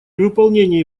выполнении